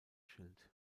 schild